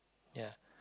ya